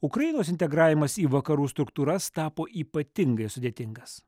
ukrainos integravimas į vakarų struktūras tapo ypatingai sudėtingas